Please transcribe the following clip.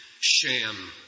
sham